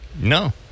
No